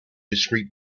discrete